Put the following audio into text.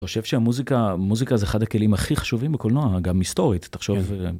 אני חושב שהמוזיקה, מוזיקה זה אחד הכלים הכי חשובים בקולנוע, גם היסטורית, תחשוב.